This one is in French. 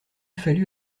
fallu